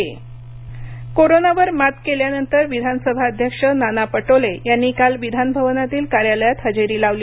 पटोले बहन्मंबई कोरोनावर मात केल्यानंतर विधानसभा अध्यक्ष नाना पटोले यांनी काल विधानभवनातील कार्यालयात हजेरी लावली